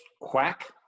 Quack